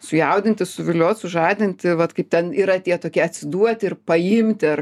sujaudinti suviliot sužadinti vat kaip ten yra tie tokie atsiduoti ir paimti ar